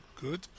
good